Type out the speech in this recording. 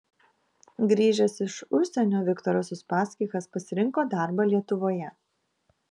grįžęs iš užsienio viktoras uspaskichas pasirinko darbą lietuvoje